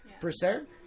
percent